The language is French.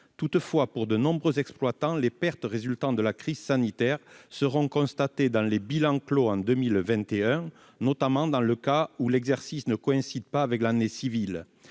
Toutefois, pour de nombreux exploitants, les pertes résultant de la crise sanitaire seront constatées dans les bilans clos en 2021, notamment dans le cas où l'exercice ne coïncide pas avec l'année civile.